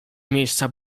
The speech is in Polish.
miejsca